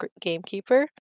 Gamekeeper